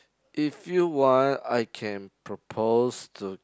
if you want I can propose to